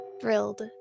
thrilled